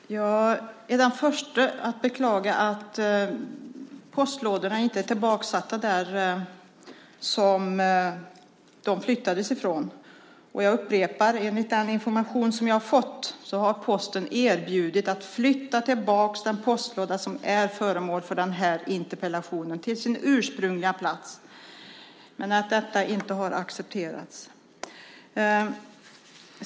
Herr talman! Jag är den första att beklaga att postlådorna inte har satts tillbaka på sina ursprungliga platser. Jag upprepar att enligt den information som jag har fått har Posten erbjudit sig att flytta tillbaka den postlåda som är föremål för denna interpellation till sin ursprungliga plats men att detta inte har accepterats.